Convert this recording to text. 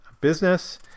business